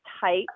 tight